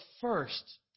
first